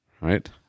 Right